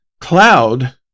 cloud